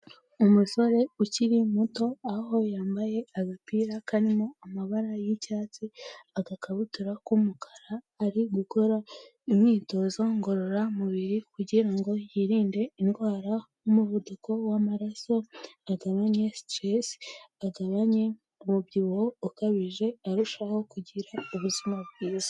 Umusore ukiri muto aho yambaye agapira karimo amabara y'icyatsi, agakabutura k'umukara ari gukora imyitozo ngororamubiri kugira ngo yirinde indwara nk'umuvuduko w'amaraso agabanye stress, agabanye umubyibuho ukabije arushaho kugira ubuzima bwiza.